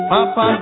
Papa